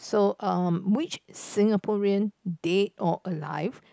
so err which Singaporean dead or alive